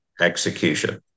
execution